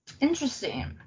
Interesting